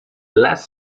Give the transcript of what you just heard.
last